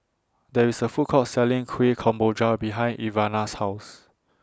There IS A Food Court Selling Kueh Kemboja behind Ivana's House